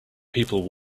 people